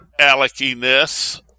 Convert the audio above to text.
aleckiness